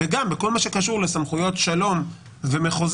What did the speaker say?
וגם בכל מה שקשור לסמכויות שלום ומחוזי,